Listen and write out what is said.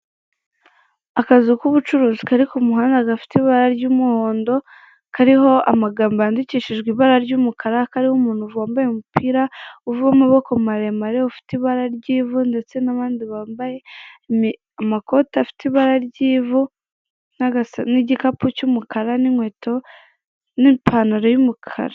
Akazu k'ubucuruzi kari ku muhanda gafite ibara ry'umuhondo, kariho amagambo yandikishijwe ibara ry'umukara, kariho umuntu wambaye umupira w'amaboko maremare ufite ibara ry'ivu ndetse n'abandi bambaye amakote afite ibara ry'ivu, n'igikapu cy'umukara n'inkweto, n'ipantaro y'umukara.